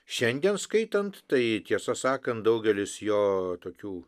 šiandien skaitant tai tiesą sakant daugelis jo tokių